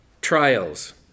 trials